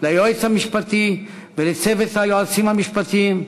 ליועץ המשפטי ולצוות היועצים המשפטיים,